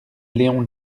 léon